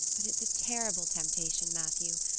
but it's a terrible temptation, matthew.